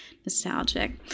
nostalgic